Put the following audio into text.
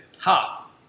top